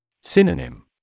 Synonym